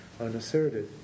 unasserted